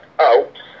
out